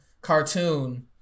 cartoon